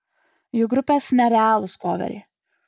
jų grupės nerealūs koveriai